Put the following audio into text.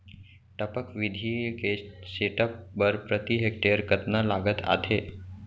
टपक विधि के सेटअप बर प्रति हेक्टेयर कतना लागत आथे?